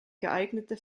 geeignete